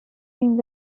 این